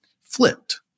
flipped